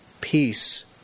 peace